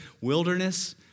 wilderness